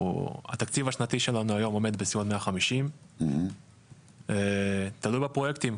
התקציב השנתי שלנו היום עומד בסביבות 150. תלוי בפרויקטים,